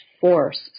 force